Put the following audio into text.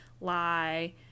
lie